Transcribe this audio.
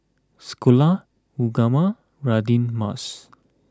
Sekolah Ugama Radin Mas